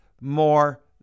more